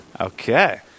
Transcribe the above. Okay